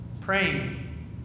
praying